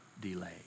delay